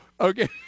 Okay